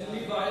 אין לי בעיה.